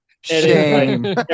shame